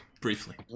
briefly